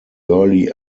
early